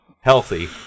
healthy